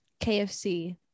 KFC